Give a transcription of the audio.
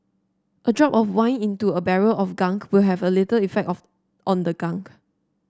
a drop of wine into a barrel of gunk will have a little effect of on the gunk